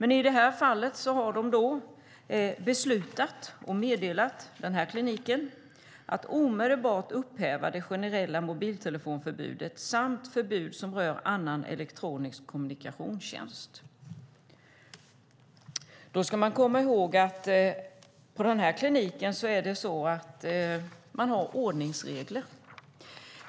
I det här fallet har myndigheten beslutat och meddelat den här kliniken att de omedelbart ska upphäva det generella mobiltelefonförbudet samt förbud som rör annan elektronisk kommunikationstjänst. Då ska vi veta att på den här kliniken har man ordningsregler.